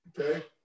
okay